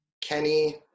kenny